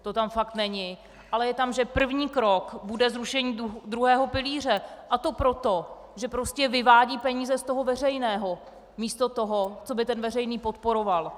To tam fakt není, ale je tam, že první krok bude zrušení druhého pilíře, a to proto, že prostě vyvádí peníze z toho veřejného místo toho, co by ten veřejný podporoval.